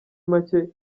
make